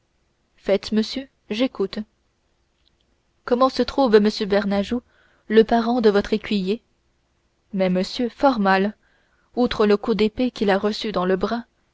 faites monsieur j'écoute comment se trouve m bernajoux le parent de votre écuyer mais monsieur fort mal outre le coup d'épée qu'il a reçu dans le bras